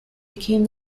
became